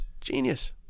genius